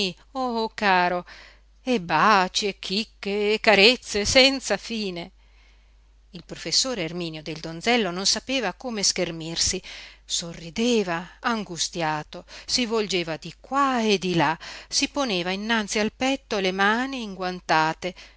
oh caro e baci e chicche e carezze senza fine il professor erminio del donzello non sapeva come schermirsi sorrideva angustiato si volgeva di qua e di là si poneva innanzi al petto le mani inguantate